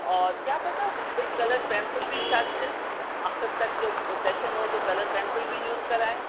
اور کیا پتہ بھئی کلر پینسل بھی شاید آخر تک جو سیشن ہو تو کلر پینسل بھی یوز کرائیں